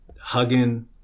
hugging